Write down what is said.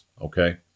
okay